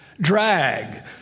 drag